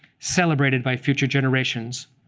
celebrated by future generations.